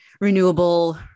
renewable